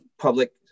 public